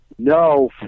no